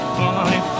funny